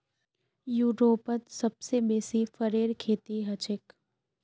यूरोपत सबसे बेसी फरेर खेती हछेक